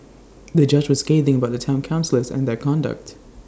the judge was scathing about the Town councillors and their conduct